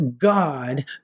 God